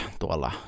tuolla